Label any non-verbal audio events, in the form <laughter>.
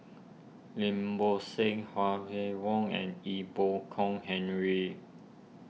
Lim Bo Seng Huang <unintelligible> and Ee Boon Kong Henry